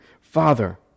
Father